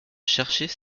cherchait